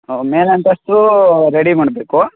ಹೊ ಮೇಲಂತಸ್ತು ರೆಡಿ ಮಾಡಬೇಕು